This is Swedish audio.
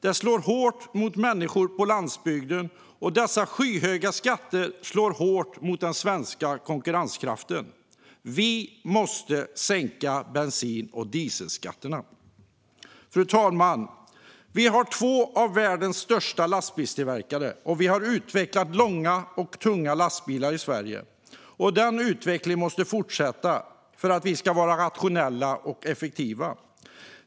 De slår hårt mot människor på landsbygden. Och dessa skyhöga skatter slår hårt mot den svenska konkurrenskraften. Vi måste sänka bensin och dieselskatterna. Fru talman! Vi har två av världens största lastbilstillverkare, och vi har utvecklat långa och tunga lastbilar i Sverige. Den utvecklingen måste fortsätta för att vi ska vara rationella och effektiva.